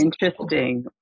interesting